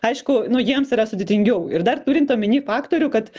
aišku nu jiems yra sudėtingiau ir dar turint omeny faktorių kad